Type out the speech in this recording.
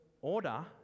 order